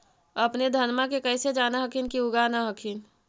अपने धनमा के कैसे जान हखिन की उगा न हखिन?